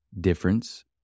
difference